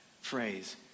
phrase